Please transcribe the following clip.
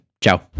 Ciao